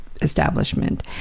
establishment